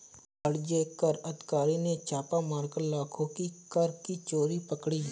वाणिज्य कर अधिकारी ने छापा मारकर लाखों की कर की चोरी पकड़ी